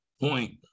point